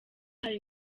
hari